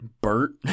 Bert